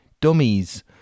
dummies